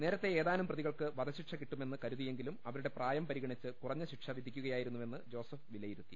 നേരത്തെ ഏതാനും പ്രതികൾക്ക് വൃധശിക്ഷ കിട്ടുമെന്ന് കരു തിയെങ്കിലും അവരുടെ പ്രായം പ്രിഗണിച്ച് കുറഞ്ഞ ശിക്ഷ വിധി ക്കുകയായിരുന്നുവെന്ന് ജോസഫ് വിലയിരുത്തി